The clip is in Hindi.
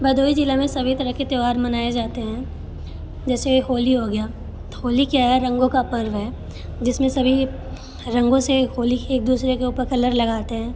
भदोही ज़िले में सभी तरह के त्यौहार मनाए जाते हैं जैसे होली हो गया तो होली क्या है रंगों का पर्व है जिस में सभी रंगों से होली एक दूसरे के ऊपर कलर लगाते हैं